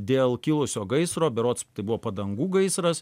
dėl kilusio gaisro berods tai buvo padangų gaisras